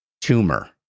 tumor